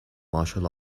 martial